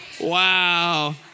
Wow